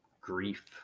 grief